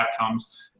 outcomes